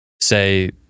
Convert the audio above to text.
Say